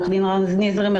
עורך דין רז נזרי,